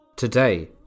Today